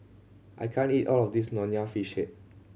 I can't eat all of this Nonya Fish Head